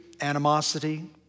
animosity